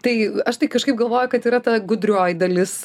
tai aš tai kažkaip galvoju kad yra ta gudrioji dalis